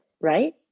Right